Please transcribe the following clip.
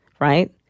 right